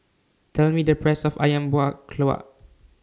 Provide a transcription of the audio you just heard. Tell Me The Price of Ayam Buah Keluak